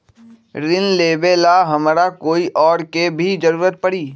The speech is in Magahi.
ऋन लेबेला हमरा कोई और के भी जरूरत परी?